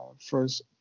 first